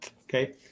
Okay